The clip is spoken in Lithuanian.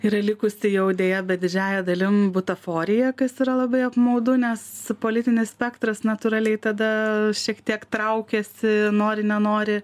yra likusi jau deja bet didžiąja dalim butaforija kas yra labai apmaudu nes politinis spektras natūraliai tada šiek tiek traukiasi nori nenori